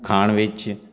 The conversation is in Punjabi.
ਖਾਣ ਵਿੱਚ